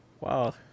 Wow